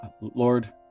Lord